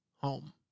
home